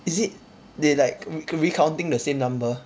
is it they like re~ recounting the same number